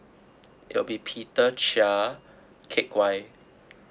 it'll be peter chia kek wai